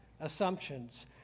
assumptions